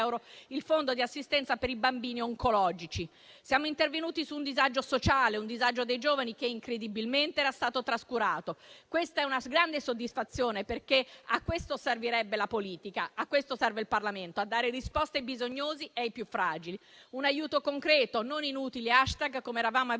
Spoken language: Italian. il fondo di assistenza per i bambini oncologici. Siamo intervenuti su un disagio sociale, un disagio dei giovani che incredibilmente era stato trascurato. Questa è una grande soddisfazione, perché a questo servirebbe la politica, a questo serve il Parlamento: a dare risposte ai bisognosi e ai più fragili. Un aiuto concreto e non inutili *hashtag*, com'eravamo abituati